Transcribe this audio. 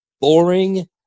boring